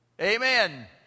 Amen